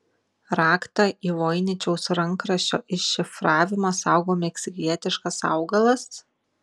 raktą į voiničiaus rankraščio iššifravimą saugo meksikietiškas augalas